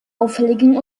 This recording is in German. auffälligen